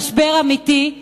במשבר אמיתי,